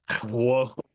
Whoa